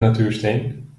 natuursteen